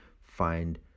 find